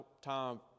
time